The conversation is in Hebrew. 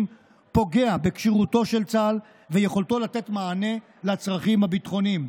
פוגע בכשירותו של צה"ל וביכולתו לתת מענה לצרכים הביטחוניים.